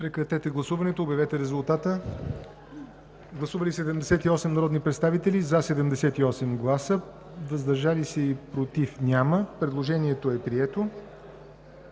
Прекратете гласуването и обявете резултата. Гласували 70 народни представители: за 70, против и въздържали се няма. Предложението е прието.